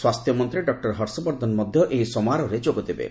ସ୍ୱାସ୍ଥ୍ୟମନ୍ତ୍ରୀ ଡକ୍ଟର ହର୍ଷବର୍ଦ୍ଧନ ମଧ୍ୟ ଏହି ସମାରୋହରେ ଯୋଗଦେବେ